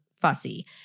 fussy